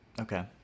Okay